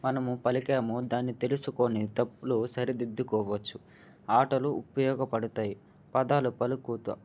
మనము పలికామో దాన్ని తెలుసుకుని తప్పులు సరి దిద్దుకోవచ్చు ఆటలు ఉపయోగపడతాయి పదాలు పలుకత